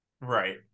Right